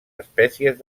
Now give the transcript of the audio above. espècies